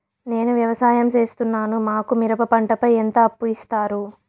నేను వ్యవసాయం సేస్తున్నాను, మాకు మిరప పంటపై ఎంత అప్పు ఇస్తారు